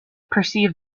perceived